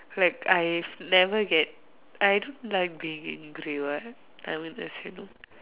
like I have never get I don't like being angry what I mean as you